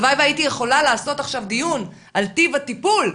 הלוואי והייתי יכולה לעשות עכשיו דיון על טיב הטיפול,